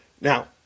Now